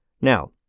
Now